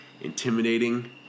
intimidating